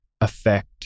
affect